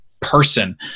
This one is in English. person